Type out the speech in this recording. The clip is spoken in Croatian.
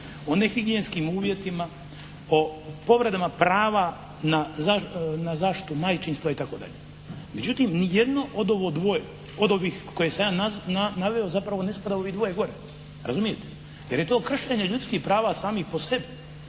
o nehigijenskim uvjetima, o povredama prava na zaštitu majčinstva itd. Međutim, ni jedno od ovih koje sam ja naveo zapravo ne spada u ovih dvoje gore, razumijete, jer je to kršenje ljudskih prava samih po sebi.